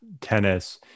tennis